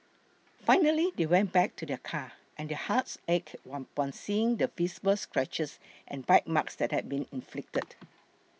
finally they went back to their car and their hearts ached upon seeing the visible scratches and bite marks that had been inflicted